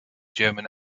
german